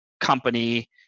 company